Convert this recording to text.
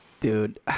Dude